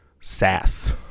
sass